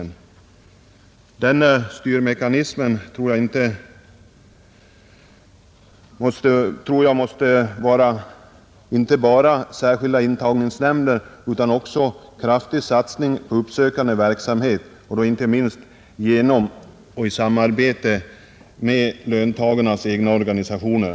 Denna styrmekanism tror jag inte bara måste bestå av särskilda intagningsnämnder, utan man måste också göra en kraftig satsning på uppsökande verksamhet, inte minst genom och i samarbete med löntagarnas egna organisationer.